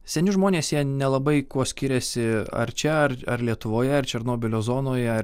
seni žmonės jie nelabai kuo skiriasi ar čia ar ar lietuvoje ar černobylio zonoje